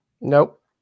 Nope